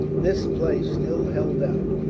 this place still held out,